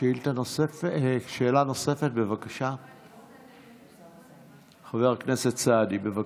שאלה נוספת, חבר הכנסת סעדי, בבקשה.